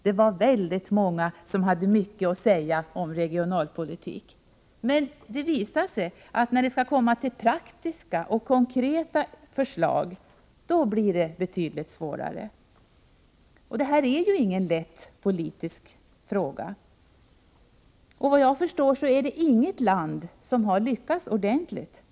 Det var väldigt många som hade mycket att säga om regionalpolitik, men det visade sig att när det kom till praktiska och konkreta förslag var det betydligt svårare. Det här är ingen lätt politisk fråga att lösa, och vad jag förstår är det inget land som lyckats ordentligt.